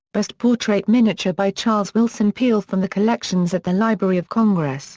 bust portrait miniature by charles wilson peale from the collections at the library of congress